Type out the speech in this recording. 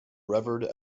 revered